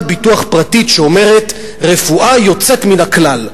ביטוח פרטית שאומרת: רפואה יוצאת מן הכלל,